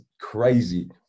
crazy